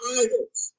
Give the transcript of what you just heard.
idols